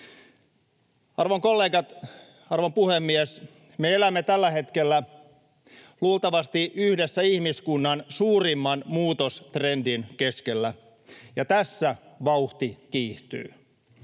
Arvon kollegat! Arvon puhemies! Me elämme tällä hetkellä luultavasti yhden ihmiskunnan suurimman muutostrendin keskellä, ja tässä vauhti kiihtyy.